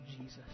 Jesus